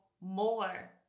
more